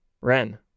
Ren